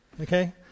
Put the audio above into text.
Okay